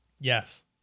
Yes